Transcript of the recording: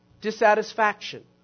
Dissatisfaction